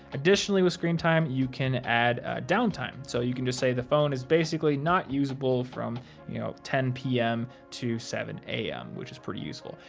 additionally with screen time, you can add downtime. so you can just say the phone is basically not usable from you know ten p m. to seven a m, which is pretty useful.